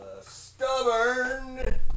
stubborn